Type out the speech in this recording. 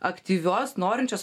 aktyvios norinčios